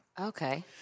Okay